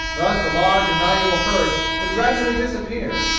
thus a large and valuable herd would gradually disappear.